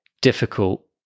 difficult